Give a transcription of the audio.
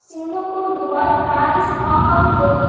Singapore Dubai Paris Hong Kong Delhi